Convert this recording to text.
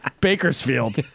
Bakersfield